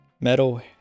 Metal